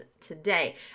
today